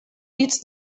pits